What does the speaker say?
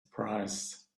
price